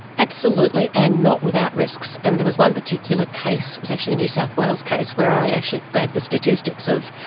absolutely, and not without risks. and there was one particular case, it was actually a new south wales case where i actually gave the statistics of,